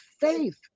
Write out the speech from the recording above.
faith